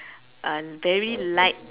uh very light